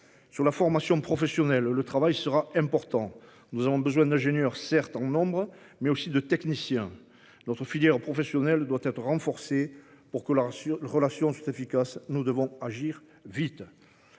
Sur la formation professionnelle, le travail sera important. Nous avons besoin d'ingénieurs, certes en nombre mais aussi de technicien, d'autres filières professionnelles doit être renforcé pour que la. Relations c'est efficace. Nous devons agir vite.